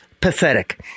pathetic